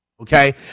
Okay